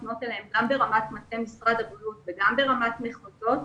לפנות אליהם גם ברמת מטה משרד הבריאות וגם ברמת מחוזות.